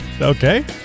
Okay